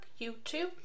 YouTube